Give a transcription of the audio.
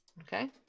okay